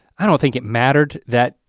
i don't think it mattered that,